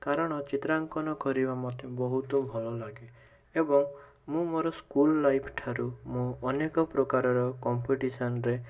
କାରଣ ଚିତ୍ରାଙ୍କନ କରିବା ମୋତେ ବହୁତ ଭଲ ଲାଗେ ଏବଂ ମୁଁ ମୋର ସ୍କୁଲ ଲାଇଫ୍ ଠାରୁ ମୁଁ ଅନେକ ପ୍ରକାରର କମ୍ପିଟିସନ୍ରେ